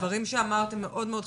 הדברים שאמרת הם מאוד-מאוד חשובים.